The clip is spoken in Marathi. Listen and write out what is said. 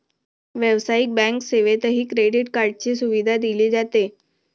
व्यावसायिक बँक सेवेतही क्रेडिट कार्डची सुविधा दिली जाते